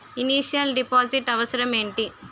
Initial deposit అవసరం ఏమిటి?